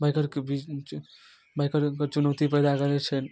बाइकरके बीच बाइकरके चुनौती पैदा करै छनि